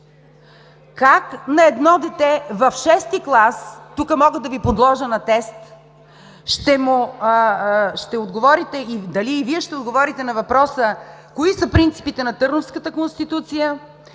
Как на едно дете в шести клас, тук мога да Ви подложа на тест, дали и Вие ще отговорите на въпроса, кои са принципите на Търновската конституция,